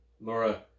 Laura